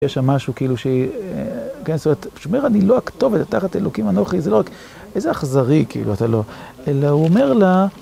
‫יש שם משהו כאילו שהיא, כן זאת אומרת, ‫שאומר, "אני לא הכתובת". "‫תחת אלוקים אנכי". ‫זה לא רק, איזה אכזרי כאילו, אתה לא, ‫אלא הוא אומר לה...